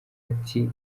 ati